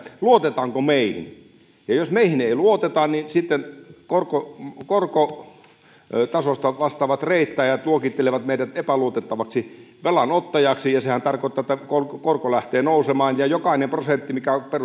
luotetaanko meihin jos meihin ei luoteta niin sitten korkotasosta vastaavat reittaajat luokittelevat meidät epäluotettavaksi velanottajaksi ja sehän tarkoittaa että korko korko lähtee nousemaan jokainen prosentti mikä